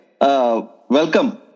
welcome